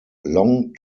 long